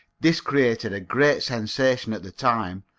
this created a great sensation at the time,